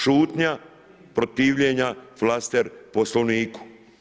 Šutnja, protivljenja, flaster, poslovniku.